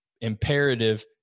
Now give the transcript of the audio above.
imperative